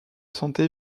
santé